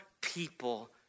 people